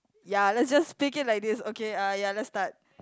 ya let's just take it like this okay ah ya let's start